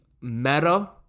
meta-